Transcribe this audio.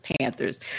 Panthers